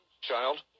child